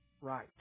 right